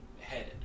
headed